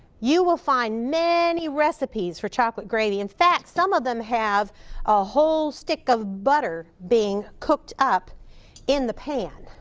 you will find many recipes for chocolate gravy. in fact some of them have a whole stick of butter being cooked up in the pan.